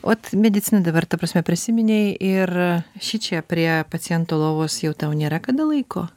ot medicina dabar ta prasme prisiminei ir šičia prie paciento lovos jau tau nėra kada laiko